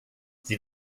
sie